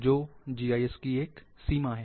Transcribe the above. तो जीआईएस की एक सीमा है